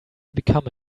become